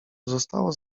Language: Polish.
pozostało